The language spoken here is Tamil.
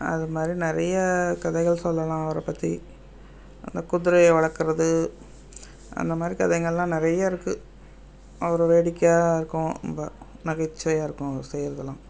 அது மாதிரி நிறையா கதைகள் சொல்லலாம் அவரை பற்றி அந்த குதிரையை வளர்க்கறது அந்த மாதிரி கதைங்கள்லாம் நிறைய இருக்கும் அவரு வேடிக்கையாக இருக்கும் ரொம்ப நகைச்சுவையாக இருக்கும் அவரு செய்யிறதெல்லாம்